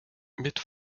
mit